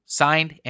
signed